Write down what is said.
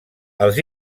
els